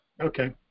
Okay